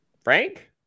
Frank